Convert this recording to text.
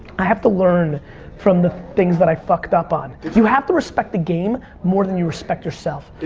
i have to learn from the things that i fucked up on. you have to respect the game more than you respect yourself.